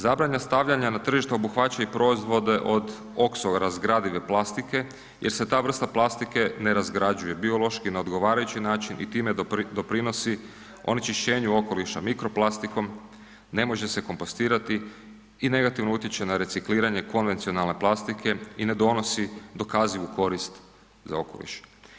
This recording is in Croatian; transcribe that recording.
Zabrana stavljanja na tržište obuhvaća i proizvode od oksorazgradive plastike jer se ta vrsta plastike ne razgrađuje biološki na odgovarajući način i time doprinosi onečišćenju okoliša mikroplastikom, ne može se kompostirati i negativno utječe na recikliranje konvencionalne plastike i ne donosi dokazivu korist za okoliš.